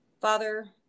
Father